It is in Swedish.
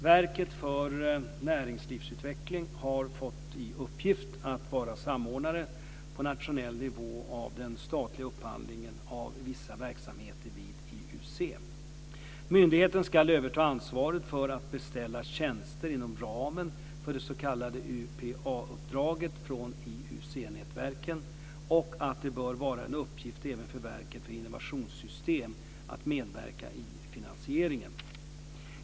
Verket för näringslivsutveckling har fått i uppgift att vara samordnare på nationell nivå av den statliga upphandlingen av vissa verksamheter vid IUC. Myndigheten ska överta ansvaret för att beställa tjänster inom ramen för det s.k. UPA-uppdraget från IUC nätverken och att det bör vara en uppgift även för Verket för innovationssystem att medverka i finansieringen.